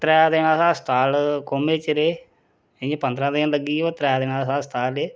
त्रै दिन अस अस्पताल कोमे च रेह् इ'यां पंदरां दिन लग्गी गे उ'आं त्रै दिन अस अस्पताल रेह्